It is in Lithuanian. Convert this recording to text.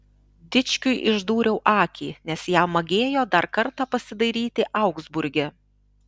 dičkiui išdūriau akį nes jam magėjo dar kartą pasidairyti augsburge